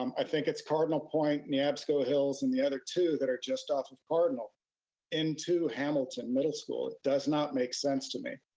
um i think it's cardinal point, neabsco hills, and the other two that are just off of cardinal into hamilton middle school. it does not make sense to me.